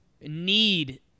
need